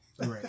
Right